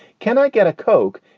can i get a coke?